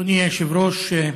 אדוני היושב-ראש,